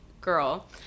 girl